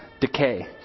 decay